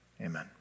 amen